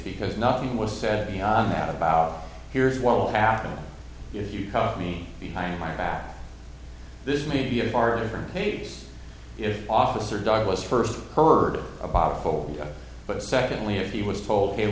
because nothing was said on that about here's what will happen if you caught me behind my back this may be a far different pace if officer douglas first heard a bottle but secondly if he was told he